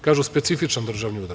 Kažu, specifičan državni udar.